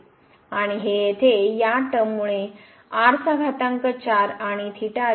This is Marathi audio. आणि हे येथे या टर्ममुळे आणि असेल